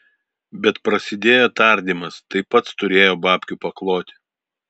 bet prasidėjo tardymas tai pats turėjo babkių pakloti